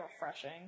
refreshing